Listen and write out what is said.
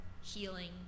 healing